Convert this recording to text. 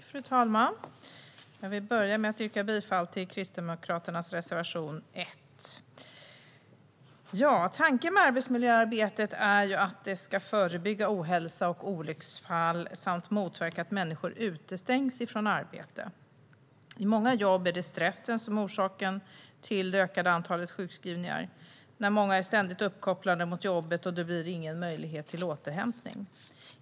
Fru talman! Jag vill börja med att yrka bifall till Kristdemokraternas reservation 1. Tanken med arbetsmiljöarbetet är att det ska förebygga ohälsa och olycksfall samt motverka att människor utestängs från arbete. I många jobb är det stressen som är orsaken till det ökade antalet sjukskrivningar. Många är ständigt uppkopplade mot jobbet, och det blir ingen möjlighet till återhämtning.